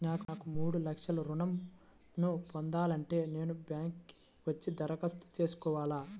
నాకు మూడు లక్షలు ఋణం ను పొందాలంటే నేను బ్యాంక్కి వచ్చి దరఖాస్తు చేసుకోవాలా?